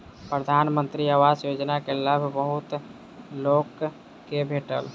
प्रधानमंत्री आवास योजना के लाभ बहुत लोक के भेटल